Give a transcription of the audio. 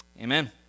Amen